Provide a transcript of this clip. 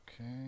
Okay